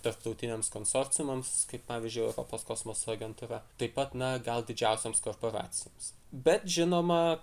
tarptautiniams konsorciumams kaip pavyzdžiui europos kosmoso agentūra taip pat na gal didžiausioms korporacijoms bet žinoma